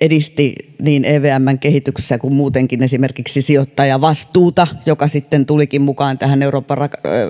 edisti niin evmn kehityksessä kuin muutenkin esimerkiksi sijoittajavastuuta joka sitten tulikin mukaan tähän euroopan